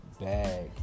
bag